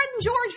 George